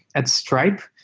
at stripe,